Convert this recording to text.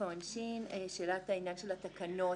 שאלת התקנות